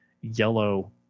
yellow